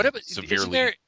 severely